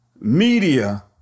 media